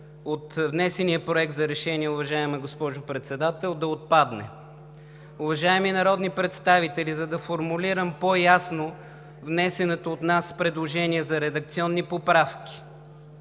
от внесения Проект за решение, уважаема госпожо Председател, да отпадне. Уважаеми народни представители, за да формулирам по-ясно внесеното от нас предложение за редакционни поправки,